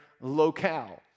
locale